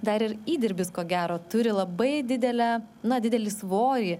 dar ir įdirbis ko gero turi labai didelę na didelį svorį